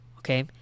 Okay